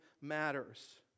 matters